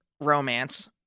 romance